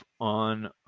on